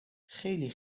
خیلی